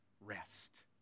rest